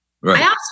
right